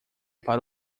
para